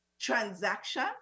transaction